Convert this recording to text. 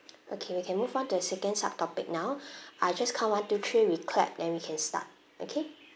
okay we can move on to the second sub topic now I just count one two three we clap then we can start okay